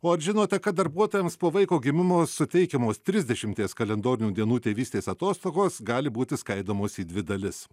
o ar žinote kad darbuotojams po vaiko gimimo suteikiamos trisdešimties kalendorinių dienų tėvystės atostogos gali būti skaidomos į dvi dalis